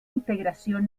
integración